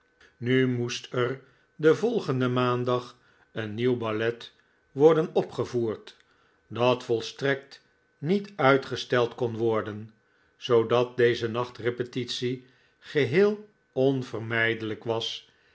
nu moest er den volgenden maandag een'jnieuw ballet worden opgevoerd dat volstrekt niet uitgesteld kon worden zoodat deze nacht repetitie geheel onvermijdelijk was